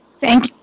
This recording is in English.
Thank